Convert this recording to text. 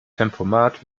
tempomat